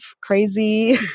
crazy